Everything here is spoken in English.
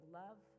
love